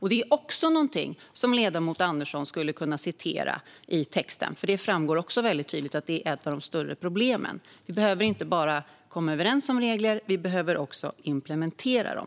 Detta är också något i texten som ledamoten Andersson skulle kunna citera, för det framgår också väldigt tydligt att det är ett av de större problemen. Vi behöver inte bara komma överens om regler, utan vi behöver också implementera dem.